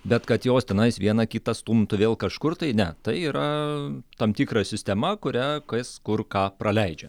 bet kad jos tenais vieną kitą stumtų vėl kažkur tai ne tai yra tam tikra sistema kurią kas kur ką praleidžia